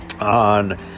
on